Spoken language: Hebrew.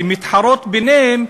הם מתחרים ביניהם,